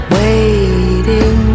waiting